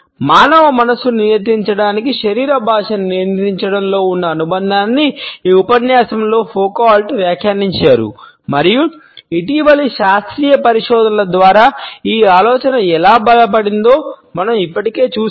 మానవ మనస్సును నియంత్రించడానికి శరీర భాషను నియంత్రించడంలో ఉన్న అనుబంధాన్ని ఈ ఉపన్యాసంలో ఫౌకాల్ట్ వ్యాఖ్యానించారు మరియు ఇటీవలి శాస్త్రీయ పరిశోధనల ద్వారా ఈ ఆలోచన ఎలా బలపడిందో మనం ఇప్పటికే చూశాము